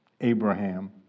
Abraham